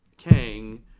kang